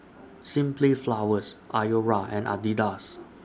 Simply Flowers Iora and Adidas